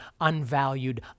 unvalued